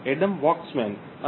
Adam Waxman Dr